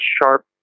sharp